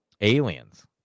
aliens